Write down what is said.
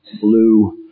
blue